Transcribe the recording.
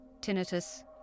tinnitus